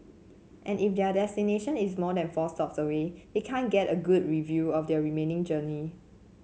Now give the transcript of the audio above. and if their destination is more than four stops away they can't get a good review of their remaining journey